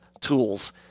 tools